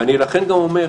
אני אומר מראש: